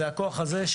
זה הכוח הזה,